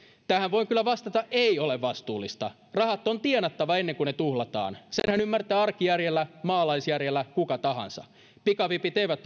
tähän voin kyllä vastata ei ole vastuullista rahat on tienattava ennen kuin ne tuhlataan senhän ymmärtää arkijärjellä maalaisjärjellä kuka tahansa pikavipit eivät